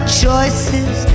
choices